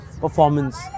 performance